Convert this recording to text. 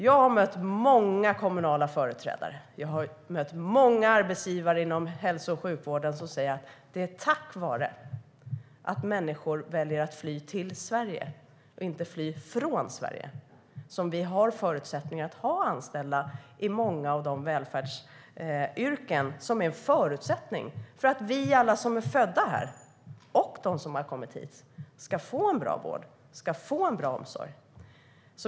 Jag har mött många kommunala företrädare. Jag har mött många arbetsgivare inom hälso och sjukvården som säger att det är tack vare att människor väljer att fly till Sverige och inte från Sverige som vi har förutsättningar att ha anställda i många av de välfärdsyrken som är en förutsättning för att alla vi som är födda här, och de som har kommit hit, ska få en bra vård och en bra omsorg.